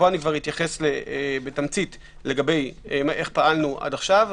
אני אתייחס בתמצית לגבי איך שפעלנו עד עכשיו,